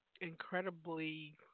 incredibly